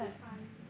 a bit funny ah